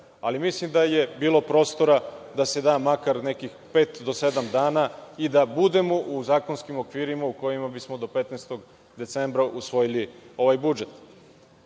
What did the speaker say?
ali mislim da je bilo prostora da se da makar nekih pet do sedam dana i da budemo u zakonskim okvirima u kojima bismo do 15. decembra usvojili ovaj budžet. Ono